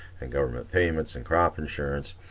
and government payments, and crop insurance,